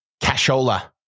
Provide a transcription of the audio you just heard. Cashola